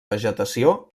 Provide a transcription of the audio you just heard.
vegetació